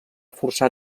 forçar